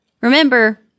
Remember